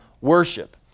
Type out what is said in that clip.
worship